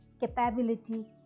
capability